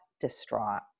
distraught